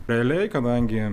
realiai kadangi